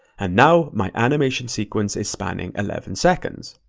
and now, my animation sequence is spanning eleven seconds.